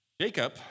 Jacob